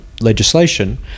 legislation